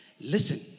Listen